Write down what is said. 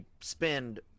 spend